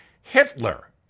Hitler